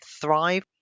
thrive